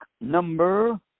number